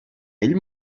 ell